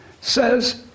says